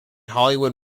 hollywood